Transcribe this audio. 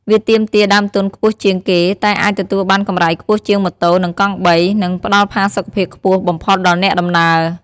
វាទាមទារដើមទុនខ្ពស់ជាងគេ តែអាចទទួលបានកម្រៃខ្ពស់ជាងម៉ូតូ និងកង់បី និងផ្តល់ផាសុកភាពខ្ពស់បំផុតដល់អ្នកដំណើរ។